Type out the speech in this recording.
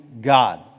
God